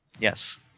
Yes